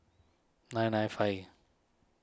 nine nine five